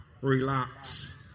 Relax